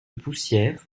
poussière